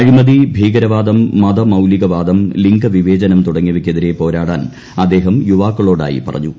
അഴിമതി ഭീകരവാദം മതമൌലിക വാദം ലിംഗവിവേചനം തുടങ്ങിയവയ്ക്കെതിരെ പോരാടാൻ അദ്ദേഹം യുവാക്കളോടായി പറഞ്ഞു